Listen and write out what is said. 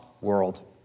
world